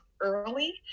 early